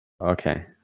okay